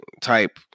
type